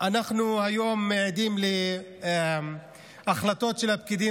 אנחנו היום עדים להחלטות של הפקידים